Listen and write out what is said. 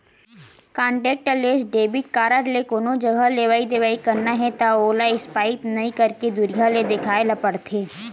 contactless debit card ले कोनो जघा लेवइ देवइ करना हे त ओला स्पाइप नइ करके दुरिहा ले देखाए ल परथे